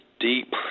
deep